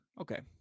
Okay